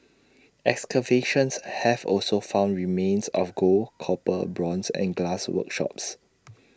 excavations have also found remains of gold copper bronze and glass workshops